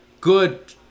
good